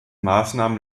maßnahmen